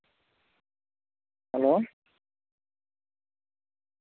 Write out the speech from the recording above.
hello